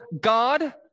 God